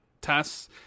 tests